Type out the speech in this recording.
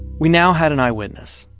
we now had an eyewitness.